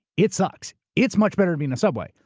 it sucks. it's much better to be in the subway.